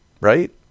right